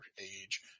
age